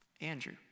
Andrew